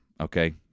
Okay